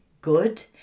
good